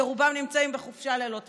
שרובם נמצאים בחופשה ללא תשלום?